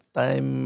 time